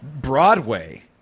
Broadway –